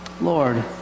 Lord